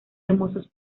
hermosos